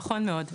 נכון מאוד.